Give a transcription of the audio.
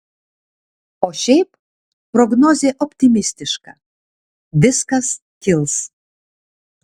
o šiaip prognozė optimistiška viskas kils